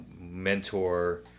mentor